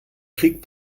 krieg